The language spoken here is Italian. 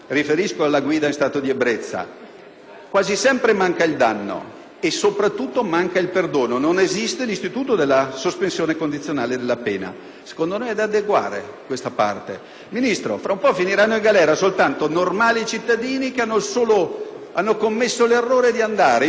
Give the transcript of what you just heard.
e, soprattutto, manca il perdono: non esiste l'istituto della sospensione condizionale della pena. Secondo noi, questa parte è da adeguare. Signor Ministro, tra un po' finiranno in galera soltanto normali cittadini che hanno commesso l'errore di andare a cena in compagnia di amici e di aver stappato una bottiglia di vino.